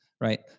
right